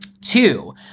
Two